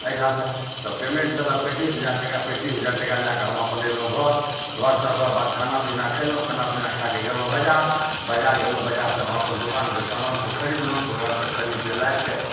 एहिठामसे तऽ पेमेन्ट देलक पैँतिस हजार टका पैँतिस हजार टका लैके हम अपन अएलहुँ घर घरसे ओकरबाद खानापिना खएलहुँ खानापिना खै के गेलहुँ बजार बजार गेलहुँ बजारसे हम अपन दोकानके समानसब खरिदलहुँ तऽ ओकरासे खरिदके लाबिके